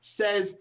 says